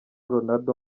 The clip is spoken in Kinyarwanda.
ronaldo